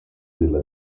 della